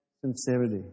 sincerity